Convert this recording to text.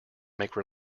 make